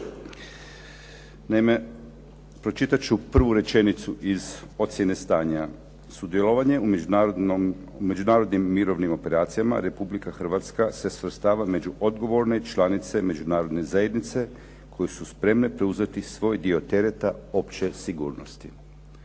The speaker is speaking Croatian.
Naime, pročitati ću prvu rečenicu iz ocjene stanja. Sudjelovanje u međunarodnim mirovnim operacijama, Republika Hrvatska se svrstava među odgovorne članice Međunarodne zajednice koje su spremne preuzeti svoj dio tereta opće sigurnosti.